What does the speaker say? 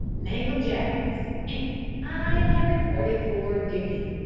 name of jaggs! and i have reported for dooty!